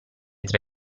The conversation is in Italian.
tra